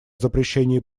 запрещении